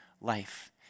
life